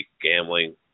gambling